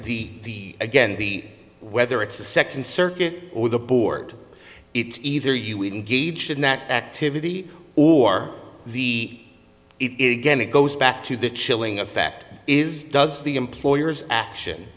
is the again the whether it's the second circuit or the board it's either you indeed should not activity or the it again it goes back to the chilling effect is does the employer's action